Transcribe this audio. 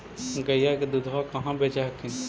गईया के दूधबा कहा बेच हखिन?